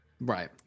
right